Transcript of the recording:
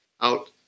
out